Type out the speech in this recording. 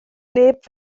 neb